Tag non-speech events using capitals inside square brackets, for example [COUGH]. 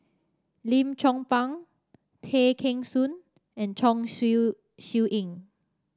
Lim Chong Pang Tay Kheng Soon and Chong [UNINTELLIGIBLE] Siew Ying